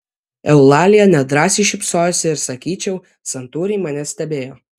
eulalija nedrąsiai šypsojosi ir sakyčiau santūriai mane stebėjo